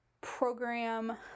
program